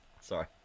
sorry